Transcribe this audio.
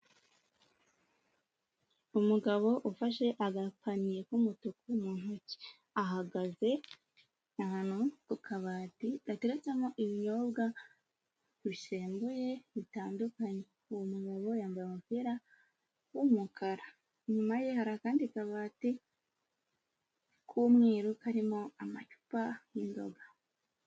umugabo ufashe agakapaniye k'umutuku mu ntoki ahagaze ahantu ku kabati gatereretsemo ibinyobwa bisembuye bitandukanye uwo mugabo yambaye umupira w'umukara inyuma ye hari akandi kabati k'umweru karimo amacupa y'inzoga.